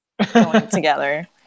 together